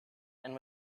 and